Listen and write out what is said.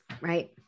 right